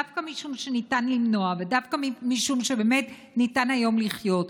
דווקא משום שניתן למנוע ודווקא משום שבאמת ניתן היום לחיות,